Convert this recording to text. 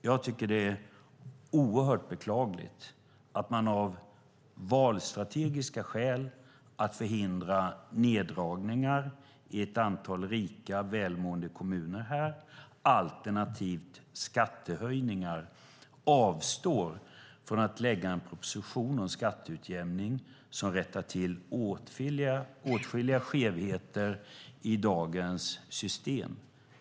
Jag tycker att det är oerhört beklagligt att man av valstrategiska skäl - för att förhindra neddragningar i ett antal rika, välmående kommuner alternativt förhindra skattehöjningar - avstår från att lägga fram en proposition om skatteutjämning som rättar till åtskilliga skevheter i dagens system.